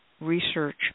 research